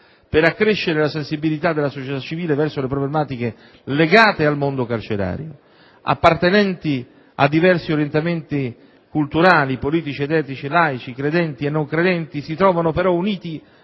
Per accrescere la sensibilità della società civile verso le problematiche legate al mondo carcerario, appartenenti a diversi orientamenti culturali, politici ed etici, laici, credenti e non credenti si trovano però uniti